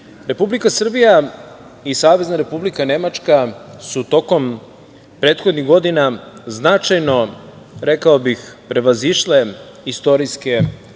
žrtvama. Republika Srbija i Savezna Republika Nemačka su tokom prethodnih godina značajno, rekao bih, prevazišle istorijske